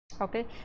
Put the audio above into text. Okay